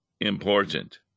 important